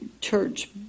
church